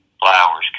flowers